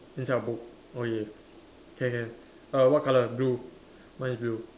inside the book oh yeah can can uh what color blue mine is blue